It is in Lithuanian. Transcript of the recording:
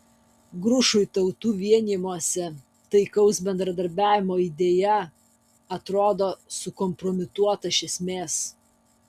grušui tautų vienijimosi taikaus bendradarbiavimo idėja atrodo sukompromituota iš esmės